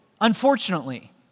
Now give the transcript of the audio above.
unfortunately